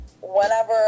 whenever